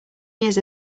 years